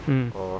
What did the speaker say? hmm